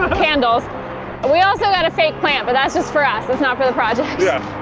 candles. and we also got a fake plant, but that's just for us, that's not for the project. yeah.